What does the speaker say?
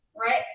right